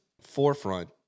forefront